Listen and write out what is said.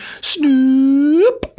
snoop